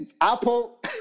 Apple